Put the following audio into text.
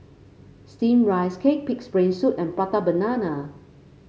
steamed Rice Cake pig's brain soup and Prata Banana